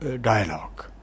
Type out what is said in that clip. dialogue